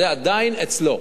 זה עדיין אצלו,